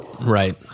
right